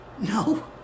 no